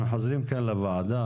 אנחנו חוזרים לוועדה.